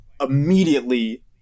immediately